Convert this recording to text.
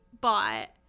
bought